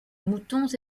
moutons